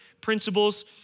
principles